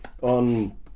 on